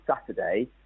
Saturday